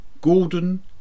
Gordon